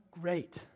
great